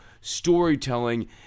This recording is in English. storytelling